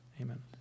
amen